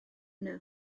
yno